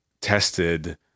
tested